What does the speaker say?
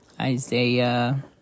Isaiah